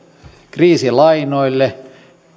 kriisilainoille